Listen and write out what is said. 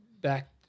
back